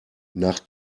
nach